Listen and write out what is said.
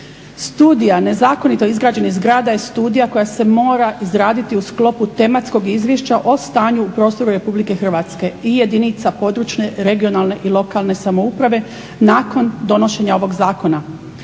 studija nezakonito izgrađenih zgrada je studija koja se mora izraditi u sklopu tematskog izvješća o stanju u prostoru Republike Hrvatske i jedinica područne, regionalne i lokalne samouprave nakon donošenja ovog zakona.